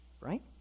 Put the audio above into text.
right